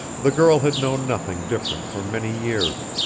the girl had known nothing different for many years.